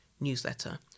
newsletter